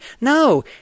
No